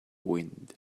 wind